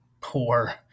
poor